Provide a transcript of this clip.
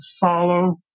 follow